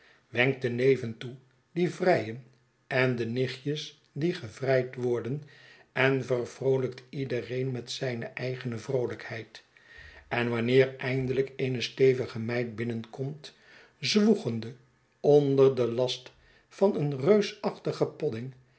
de neven toe die vrijen en de nichtjes die gevrijd worden en vervroolijkt iedereen met zijne eigene vroolijkheid en wanneer eindelijk eene stevige meid binnenkomt zwoegende onder den last van een reusachtigen